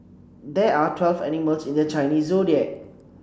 there are twelve animals in the Chinese Zodiac